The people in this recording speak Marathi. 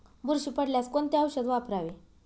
बुरशी पडल्यास कोणते औषध वापरावे?